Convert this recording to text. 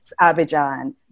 Abidjan